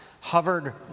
hovered